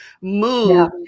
move